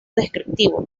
descriptivo